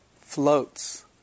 floats